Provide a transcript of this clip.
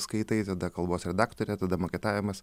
skaitai tada kalbos redaktorė tada maketavimas